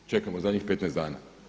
Čekamo zadnjih 15 dana.